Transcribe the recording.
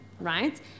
right